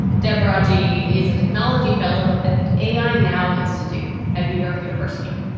deborah orji is a technology fellow at the a i. now institute at new york university.